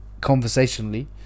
conversationally